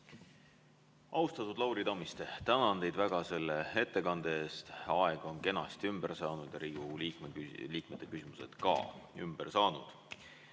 Austatud Lauri Tammiste, tänan teid väga selle ettekande eest! Aeg on kenasti ümber saanud ja ka Riigikogu liikmete küsimused on ümber saanud.